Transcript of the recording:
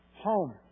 home